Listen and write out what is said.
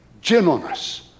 gentleness